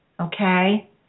okay